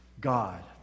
God